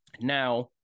Now